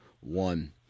one